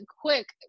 quick